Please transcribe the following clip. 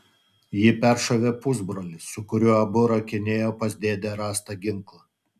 jį peršovė pusbrolis su kuriuo abu rakinėjo pas dėdę rastą ginklą